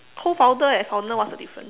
co founder and founder what's the difference